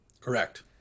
Correct